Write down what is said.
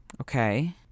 Okay